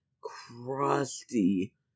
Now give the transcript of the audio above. crusty